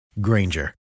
Granger